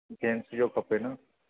gents जो खपे न